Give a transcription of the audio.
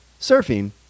surfing